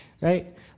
right